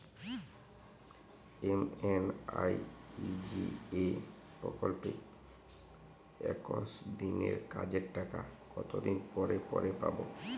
MNREGA প্রকল্পে একশ দিনের কাজের টাকা কতদিন পরে পরে পাব?